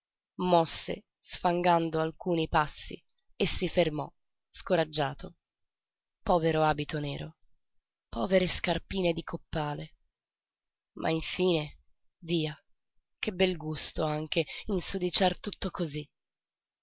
ancora mosse sfangando alcuni passi e si fermò scoraggiato povero abito nero povere scarpine di coppale ma infine via che bel gusto anche insudiciar tutto cosí